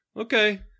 okay